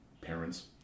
parents